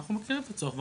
אנחנו מכירים את הצורך.